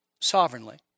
sovereignly